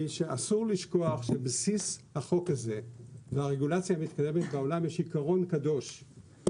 היא שאסור לשכוח שבסיס החוק הזה לרגולציה המתקדמת בעולם יש עיקרון קדוש,